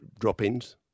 drop-ins